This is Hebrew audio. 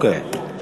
אוקיי.